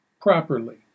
properly